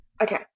okay